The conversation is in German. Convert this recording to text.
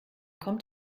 kommt